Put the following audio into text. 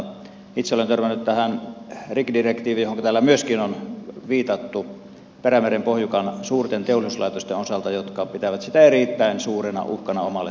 itse olen törmännyt tähän rikkidirektiiviin johonka täällä myöskin on viitattu perämeren pohjukan suurten teollisuuslaitosten osalta jotka pitävät sitä erittäin suurena uhkana omalle toiminnalleen